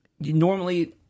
normally